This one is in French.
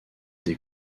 des